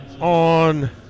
on